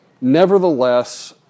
nevertheless